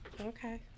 Okay